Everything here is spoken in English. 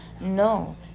No